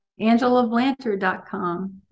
AngelaBlanter.com